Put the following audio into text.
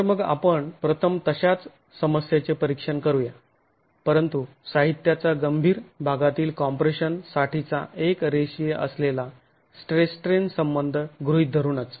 तर मग आपण प्रथम तशाच समस्येचे परीक्षण करूया परंतु साहित्याचा गंभीर भागातील कॉम्प्रेशन साठीचा एक रेषीय असलेला स्ट्रेस स्ट्रेन संबंध गृहीत धरूनच